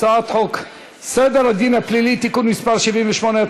הצעת חוק סדר הדין הפלילי (תיקון מס' 78),